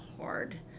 hard